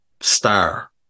star